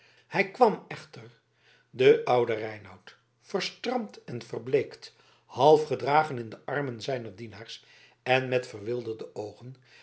hij kwam echter de oude reinout verstramd en verbleekt half gedragen in de armen zijner dienaars en met verwilderde oogen